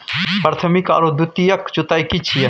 प्राथमिक आरो द्वितीयक जुताई की छिये?